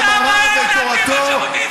את מאמריו ואת תורתו,